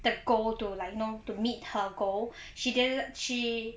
the goal to like know to meet her goal she didn't she